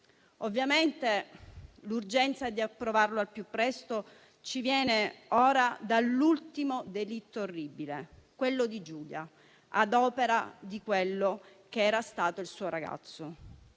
le donne. L'urgenza di approvarlo al più presto ci viene ora dall'ultimo delitto orribile, quello di Giulia, ad opera di colui che era stato il suo ragazzo: